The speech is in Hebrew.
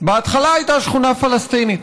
בהתחלה הייתה שכונה פלסטינית,